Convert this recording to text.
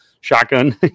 shotgun